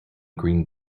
green